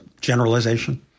generalization